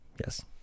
Yes